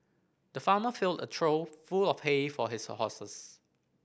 the farmer filled a trough full of hay for his horses